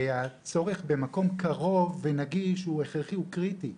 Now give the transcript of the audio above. והצורך במקום קרוב ונגיש הוא הכרחי, הוא קריטי.